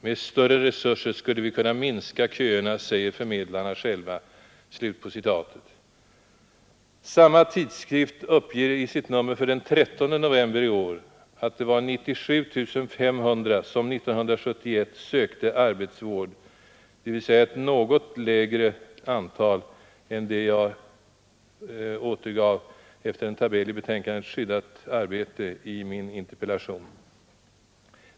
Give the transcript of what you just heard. Med större resurser skulle vi kunna minska köerna, säger förmedlarna själva.” Samma tidskrift uppger i sitt nummer för den 13 november i år att det var 97 500 som 1971 sökte arbetsvård, dvs. ett något lägre antal än det jag återgav i min interpellation efter en tabell i betänkandet Skyddat arbete.